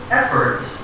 efforts